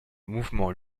mouvement